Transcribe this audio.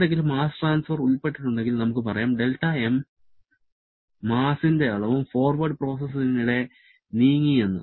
എന്തെങ്കിലും mass transfer ഉൾപ്പെട്ടിട്ടുണ്ടെങ്കിൽ നമുക്ക് പറയാം δm പിണ്ഡത്തിന്റെ അളവും ഫോർവേഡ് പ്രോസസ്സിനിടെ നീങ്ങി എന്ന്